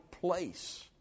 place